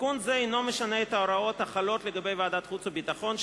תיקון זה אינו משנה את ההוראות החלות על ועדת החוץ והביטחון,